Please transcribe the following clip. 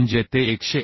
म्हणजे ते 189